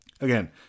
Again